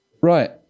Right